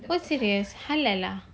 four serious halal